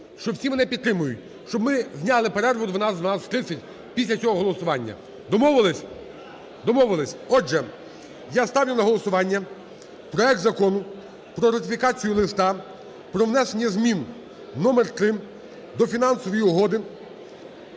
що всі мене підтримають, щоб ми зняли перерву 12:00-12:30 після цього голосування. Домовились? Домовились. Отже, я ставлю на голосування проект Закону про ратифікацію Листа про внесення змін № 3 до Фінансової угоди